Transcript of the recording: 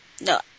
no